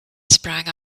sprang